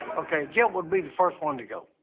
okay, jep would be the first one to go.